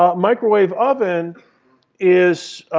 um microwave oven is